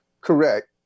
Correct